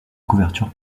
couverture